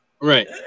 right